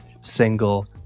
single